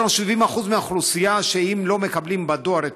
יש לנו 70% מהאוכלוסייה שאם הם לא מקבלים בדואר את